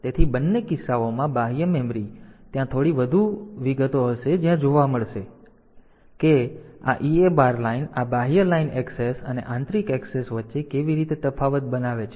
તેથી બંને કિસ્સાઓમાં બાહ્ય મેમરી ત્યાં થોડી વધુ વિગતો હશે જ્યાં જોવા મળશે કે આ EA બાર લાઇન આ બાહ્ય લાઇન ઍક્સેસ અને આંતરિક ઍક્સેસ વચ્ચે કેવી રીતે તફાવત બનાવે છે